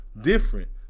different